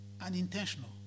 Unintentional